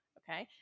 okay